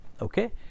Okay